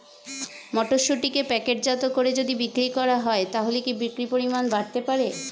মটরশুটিকে প্যাকেটজাত করে যদি বিক্রি করা হয় তাহলে কি বিক্রি পরিমাণ বাড়তে পারে?